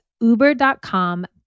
uber.com